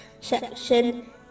section